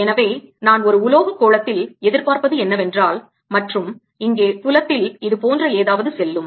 எனவே நான் ஒரு உலோக கோளத்தில் எதிர்பார்ப்பது என்னவென்றால் மற்றும் இங்கே புலத்தில் இது போன்ற ஏதாவது செல்லும்